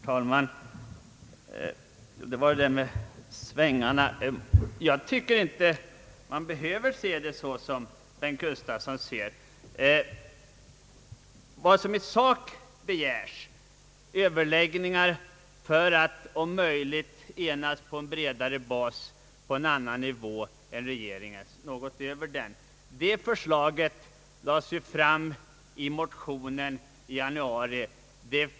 Herr talman! När det gäller frågan om de där svängningarna vill jag säga att jag inte kan finna att man behöver se den frågan på det sätt som herr Bengt Gustavsson gör. Förslaget om överläggningar för att om möjligt åstadkomma enighet på en bredare bas och på en nivå som ligger något över vad regeringen förordat lades fram i januarimotionen.